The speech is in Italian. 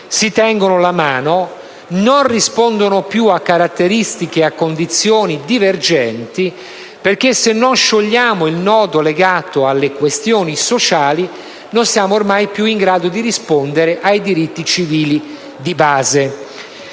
si tengono la mano e non rispondono più a caratteristiche e a condizioni divergenti, perché se non sciogliamo il nodo legato alle questioni sociali, non siamo più in grado di rispondere nemmeno ai diritti civili di base.